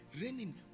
raining